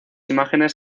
imágenes